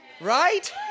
Right